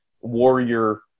warrior